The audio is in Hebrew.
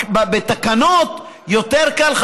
בתקנות יותר קל,